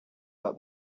that